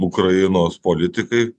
ukrainos politikai